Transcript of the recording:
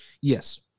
yes